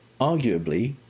arguably